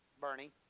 Bernie